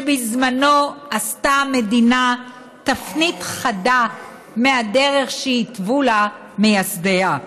שבזמנו עשתה המדינה תפנית חדה מהדרך שהתוו לה מייסדיה,